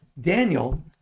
Daniel